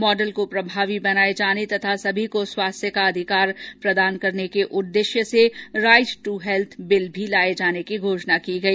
model को प्रभावी बनाये जाने तथा सभी को स्वास्थ्य का अधिकार प्रदान करने के उद्देश्य से राईट द हैल्थ बिल भी लाये जाने की घोषणा की गई